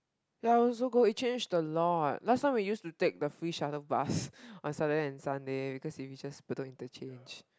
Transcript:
ya I also go it change the law what last time we used to take the free shuttle bus on Saturday and Sunday because if it's just Bedok interchange